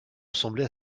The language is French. ressembler